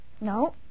No